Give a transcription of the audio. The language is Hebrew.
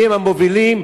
מיהם המובילים,